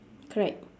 correct